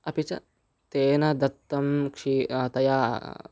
अपि च तया दत्तं क्षीरं तया